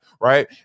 right